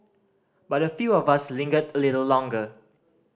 but a few of us lingered a little longer